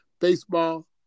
baseball